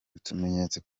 utumenyetso